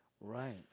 Right